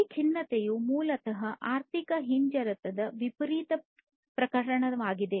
ಈ ಖಿನ್ನತೆಯು ಮೂಲತಃ ಆರ್ಥಿಕ ಹಿಂಜರಿತದ ವಿಪರೀತ ಪ್ರಕರಣವಾಗಿದೆ